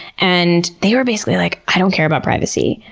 and they were basically like, i don't care about privacy.